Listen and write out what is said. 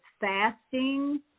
fasting